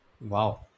wow